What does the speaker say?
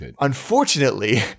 Unfortunately